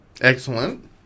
Excellent